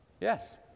Yes